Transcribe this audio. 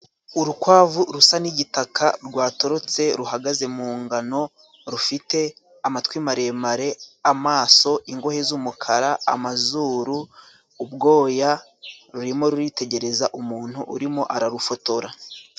Urukwavu rusa n'igitaka rwatorotse ruhagaze mu ngano, rufite amatwi maremare, amaso, ingohe z'umukara, amazuru, ubwoya, ruri mo ruritegereza umuntu uri mo ararufotora.